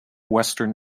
western